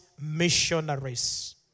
missionaries